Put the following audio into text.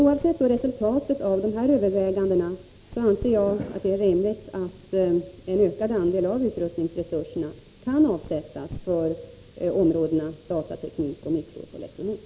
Oavsett resultatet av dessa överväganden anser jag att det är rimligt att en ökad andel av utrustningsresurserna kan avsättas för områdena datateknik och mikroelektronik.